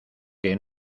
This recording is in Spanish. que